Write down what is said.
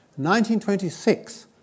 1926